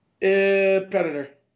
Predator